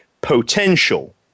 potential